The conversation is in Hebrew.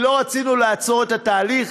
לא רצינו לעצור את התהליך,